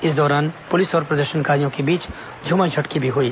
इस दौरान पुलिस और प्रदर्शनकारियों के बीच झूमाझटकी भी हुई